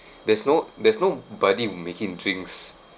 there's no there's nobody who making drinks